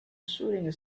shooting